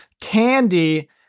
Candy